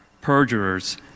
perjurers